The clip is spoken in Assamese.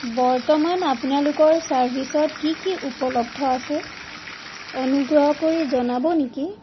বৰ্তমান আপোনালোকৰ চাৰ্ভিচত কি কি উপলব্ধ আছে অনুগ্ৰহ কৰি জনাব নেকি